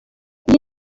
iyo